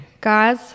Guys